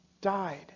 died